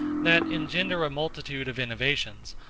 that engender a multitude of innovations,